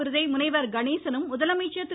விருதை முனைவர் கணேசனும் முதலமைச்சர் திரு